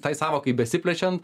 tai sąvokai besiplečiant